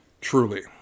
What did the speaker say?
truly